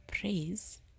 praise